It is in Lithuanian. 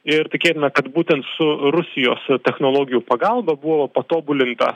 ir tikėtina kad būtent su rusijos technologijų pagalba buvo patobulintas